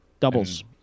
Doubles